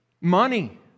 money